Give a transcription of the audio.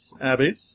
Abby